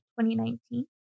2019